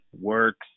works